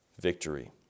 victory